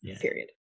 period